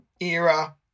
era